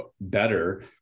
better